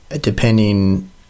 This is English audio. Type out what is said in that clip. depending